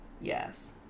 Yes